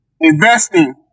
investing